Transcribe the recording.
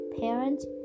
parents